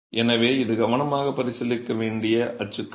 எனவே இது கவனமாக பரிசீலிக்கப்பட வேண்டிய அச்சுக்கலை